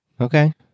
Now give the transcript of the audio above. Okay